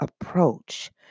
approach